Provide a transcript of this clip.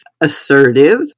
assertive